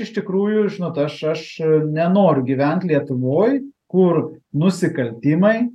iš tikrųjų žinot aš aš nenoriu gyvent lietuvoj kur nusikaltimai